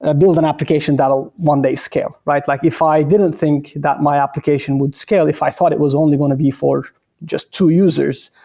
ah build an application that will one day scale. like if i didn't think that my application would scale, if i thought it was only going to be for just two users,